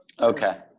okay